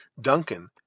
Duncan